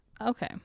okay